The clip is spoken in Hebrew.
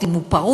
אם הוא פרוס,